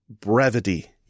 brevity